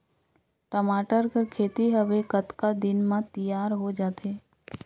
टमाटर कर खेती हवे कतका दिन म तियार हो जाथे?